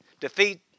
defeat